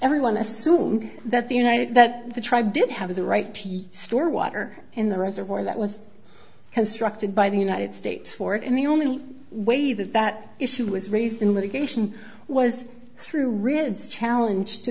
everyone assumed that the united that the tribe did have the right to store water in the reservoir that was constructed by the united states for it and the only way that that issue was raised in litigation was through rids challenge to